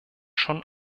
schon